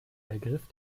ergriff